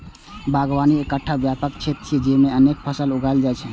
बागवानी एकटा व्यापक क्षेत्र छियै, जेइमे अनेक फसल उगायल जाइ छै